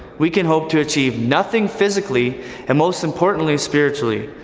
we can hope to achieve nothing physically and most importantly, spiritually.